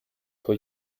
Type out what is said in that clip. for